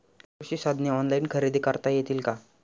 कृषी साधने ऑनलाइन खरेदी करता येतील का?